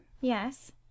yes